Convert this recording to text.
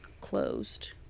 closed